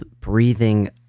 breathing